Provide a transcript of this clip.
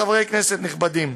חברי כנסת נכבדים,